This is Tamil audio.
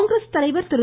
காங்கிரஸ் தலைவர் திரு